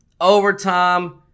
overtime